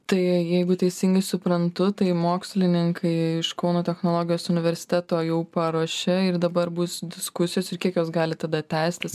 tai jeigu teisingai suprantu tai mokslininkai iš kauno technologijos universiteto jau paruošė ir dabar bus diskusijos ir kiek jos gali tada tęstis